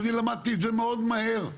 אני למדתי את זה מאוד מהר.